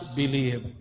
believe